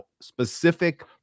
specific